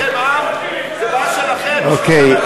זה שאתם מתכחשים, עם, זו בעיה שלכם, אוקיי.